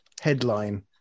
headline